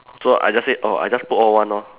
so I just say orh I just put all one lor